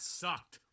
sucked